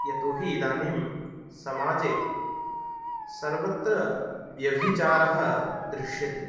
यतो हि इदानीं समाजे सर्वत्र व्यभिचारः दृश्यते